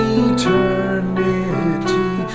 eternity